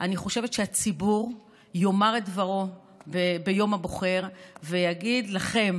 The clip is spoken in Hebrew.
אני חושבת שהציבור יאמר את דברו ביום הבוחר ויגיד לכם: